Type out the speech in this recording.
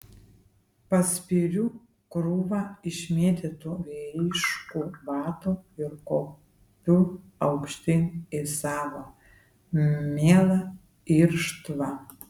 paspiriu krūvą išmėtytų vyriškų batų ir kopiu aukštyn į savo mielą irštvą